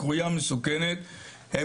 הקרויה מסוכנת,